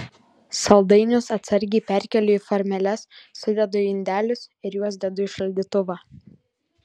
saldainius atsargiai perkeliu į formeles sudedu į indelius ir juos dedu į šaldytuvą